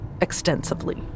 Extensively